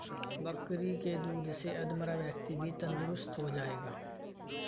बकरी के दूध से अधमरा व्यक्ति भी तंदुरुस्त हो जाएगा